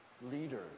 leader